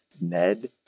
Ned